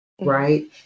right